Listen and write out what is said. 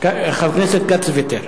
חבר הכנסת כץ ויתר.